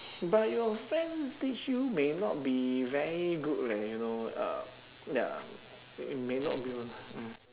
but your friends teach you may not be very good leh you know uh ya it may not be mm